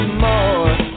more